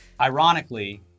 Ironically